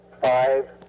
Five